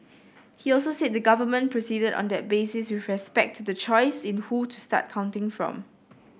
he also said the government proceeded on that basis with respect to the choice in who to start counting from